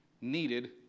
needed